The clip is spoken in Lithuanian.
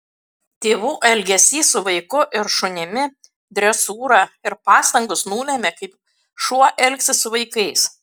tėvų elgesys su vaiku ir šunimi dresūra ir pastangos nulemia kaip šuo elgsis su vaikais